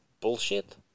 bullshit